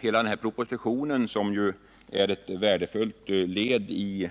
Hela denna proposition, som utgör ett värdefullt led i